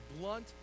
blunt